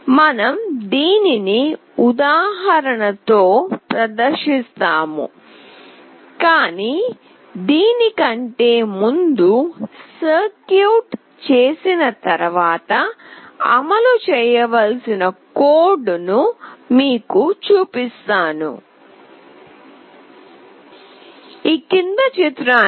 మనం దీనిని ఉదాహరణతో ప్రదర్శిస్తాము కాని దీని కంటే ముందు సర్క్యూట్ చేసిన తర్వాత అమలు చేయవలసిన కోడ్ ను మీకు చూపిస్తాను